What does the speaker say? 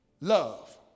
love